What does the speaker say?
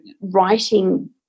writing